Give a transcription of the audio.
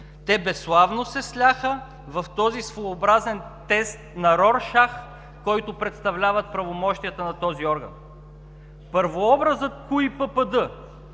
Те безславно се сляха в този своеобразен тест на Роршах, който представляват правомощията на този орган. Първообразът КУИППД,